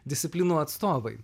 disciplinų atstovai